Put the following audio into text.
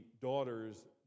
daughters